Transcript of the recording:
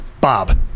Bob